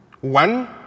one